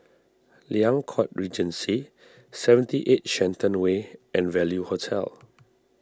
Liang Court Regency seventy eight Shenton Way and Value Hotel